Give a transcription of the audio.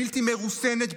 בלתי מרוסנת,